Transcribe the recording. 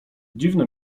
dziwne